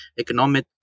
economic